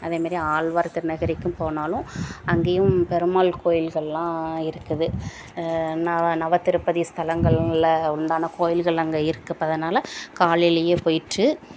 அதே மாரி ஆழ்வார் திருநகரிக்கும் போனாலும் அங்கேயும் பெருமாள் கோயில்கள்லாம் இருக்குது நவ நவ திருப்பதி ஸ்தலங்களில் உண்டான கோவில்கள் அங்கே இருக்குறப்ப அதனால காலையிலேயே போயிட்டு